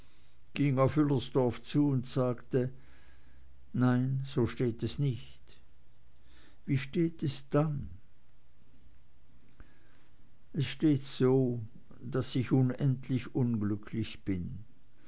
ging auf wüllersdorf zu und sagte nein so steht es nicht wie steht es denn es steht so daß ich unendlich unglücklich bin